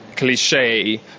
cliche